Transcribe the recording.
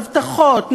הבטחות,